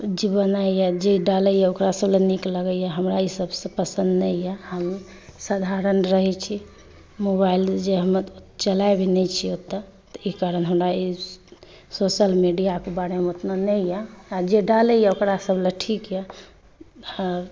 जे बनाए अइ जे डालैए ओकरासभ लए नीक लगैए हमरासभ ई सब पसन्द नहि अइ हम साधारण रहै छी मोबाइल जे हम चलाए भी नहि छी ओतेक तऽ ई कारण हमरा सोशल मीडियाके बारेमे ओतना नहि अइ जे डालैए ओकरासभ लए ठीक अइ